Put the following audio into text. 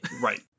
Right